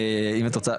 אם את רוצה.